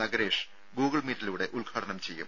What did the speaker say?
നഗരേഷ് ഗൂഗിൾമീറ്റിലൂടെ ഉദ്ഘാടനം ചെയ്യും